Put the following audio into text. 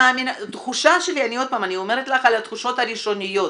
התחושה שלי, אני אומרת לך על התחושות הראשוניות,